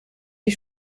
die